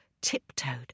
tiptoed